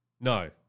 No